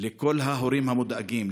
לכל ההורים המודאגים,